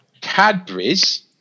Cadbury's